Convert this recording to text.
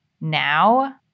now